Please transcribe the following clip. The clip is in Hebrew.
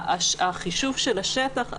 החישוב של השטח,